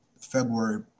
February